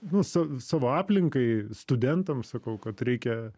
nu sa savo aplinkai studentams sakau kad reikia